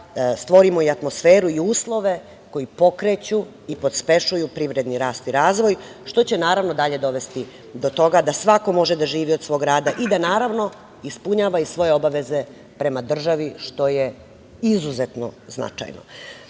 stvorimo i atmosferu i uslove koji pokreću i pospešuju privredni rast i razvoj, što će, naravno, dalje dovesti do toga da svako može da živi od svog rada i da, naravno, ispunjava i svoje obaveze prema državi, što je izuzetno značajno. Dobro